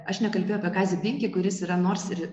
aš nekalbėjau apie kazį binkį kuris yra nors ir